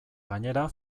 gainera